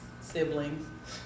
siblings